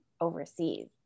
overseas